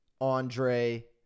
andre